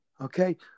Okay